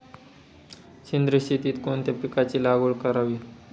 सेंद्रिय शेतीत कोणत्या पिकाची लागवड करावी?